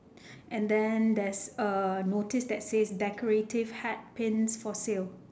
and then there's a notice that says decorative hat pins for sale